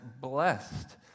blessed